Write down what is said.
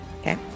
Okay